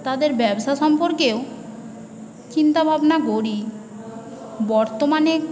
তাদের ব্যাবসা সম্পর্কেও চিন্তাভাবনা করি বর্তমানে